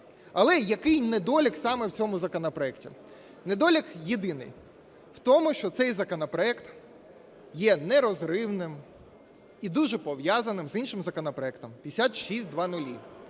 Але який недолік саме в цьому законопроекті. Недолік єдиний, в тому, що цей законопроект є нерозривним і дуже пов'язаний з іншим законопроектом 5600,